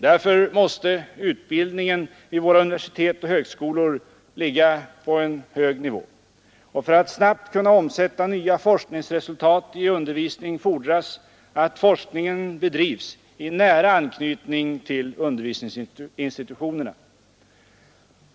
Därför måste utbildningen vid våra universitet och högskolor ligga på en hög nivå. Och för att snabbt kunna omsätta nya forskningsresultat i undervisning fordras, att forskningen bedrivs i nära anknytning till undervisningsinstitutionerna.